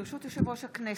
ברשות יושב-ראש הכנסת,